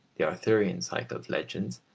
the arthurian cycle of legends,